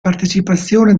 partecipazione